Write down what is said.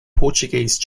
portuguese